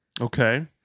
Okay